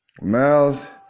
Miles